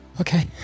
Okay